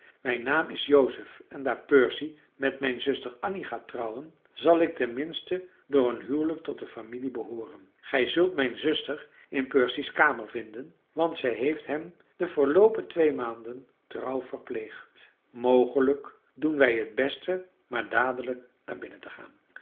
mijn naam is joseph en daar percy met mijn zuster annie gaat trouwen zal ik ten minste door een huwelijk tot de familie behooren gij zult mijn zuster in percy's kamer vinden want zij heeft hem de verloopen twee maanden trouw verpleegd mogelijk doen wij het beste maar dadelijk naar binnen te gaan